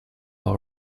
all